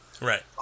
Right